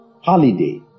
Holiday